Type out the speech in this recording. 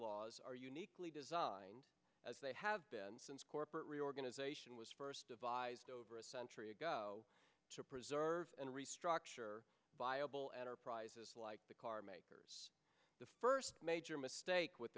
laws are uniquely designed as they have been since corporate reorganization was first devised over a century ago to preserve and restructure viable enterprises like the car makers the first major mistake with